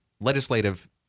legislative